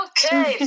Okay